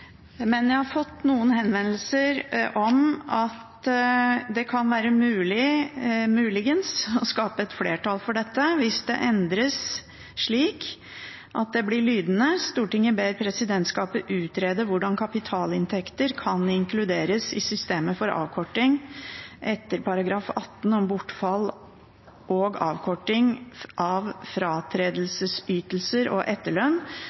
Jeg har fått noen henvendelser om at det kan være mulig å skape flertall for det hvis det endres slik at det blir lydende: «Stortinget ber presidentskapet utrede hvordan kapitalinntekter kan inkluderes i systemet for avkorting, etter § 18 om «bortfall og avkorting av fratredelsesytelse og etterlønn»,